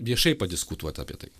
viešai padiskutuot apie tai